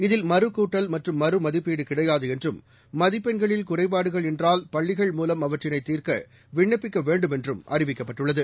இதில் மறு கூட்டல் மற்றும் மறு மதிப்பீடுகிடையாதுஎன்றும் மதிப்பெண்களில் குறைபாடுகள் என்றால் பள்ளிகள் மூவம் அவற்றினைதீர்க்கவிண்ணப்பிக்கவேண்டுமென்றும் அறிவிக்கப்பட்டுள்ளது